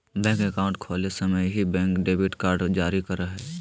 bank account खोले समय ही, बैंक डेबिट कार्ड जारी करा हइ